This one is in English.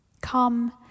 Come